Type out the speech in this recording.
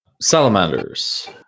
Salamanders